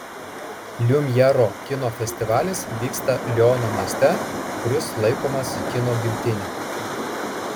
liumjero kino festivalis vyksta liono mieste kuris laikomas kino gimtine